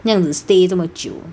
这样子 stay 这么久